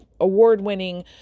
award-winning